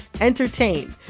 entertain